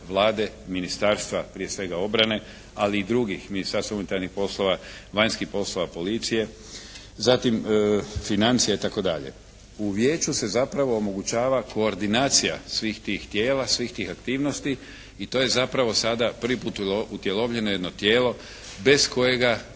U Vijeću se zapravo omogućava koordinacija svih tih tijela, svih tih aktivnosti i to je zapravo sada prvi put utjelovljeno jedno tijelo bez kojega